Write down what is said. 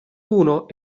uno